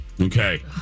Okay